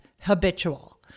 habitual